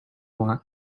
want